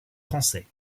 français